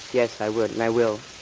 yes, i would and i will